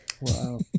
Wow